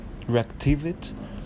reactivate